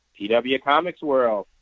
pwcomicsworld